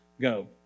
go